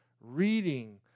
reading